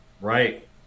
Right